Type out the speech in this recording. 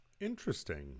Interesting